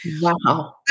Wow